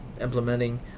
implementing